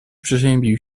przeziębił